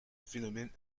phénomène